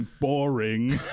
Boring